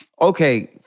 okay